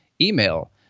email